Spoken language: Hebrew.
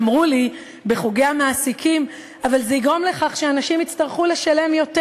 אמרו לי בחוגי המעסיקים: אבל זה יגרום לכך שאנשים יצטרכו לשלם יותר.